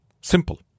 Simple